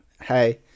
hey